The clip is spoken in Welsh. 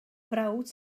frawd